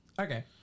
Okay